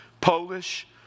Polish